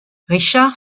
richard